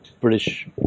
British